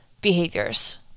behaviors